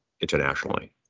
internationally